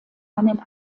einen